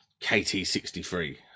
KT63